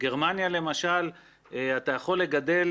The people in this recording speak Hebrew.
בגרמניה למשל אתה יכול לגדל